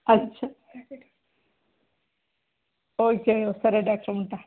అచ్చా ఓకే సరే డాక్టర్ ఉంటాను